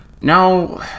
Now